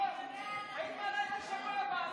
אז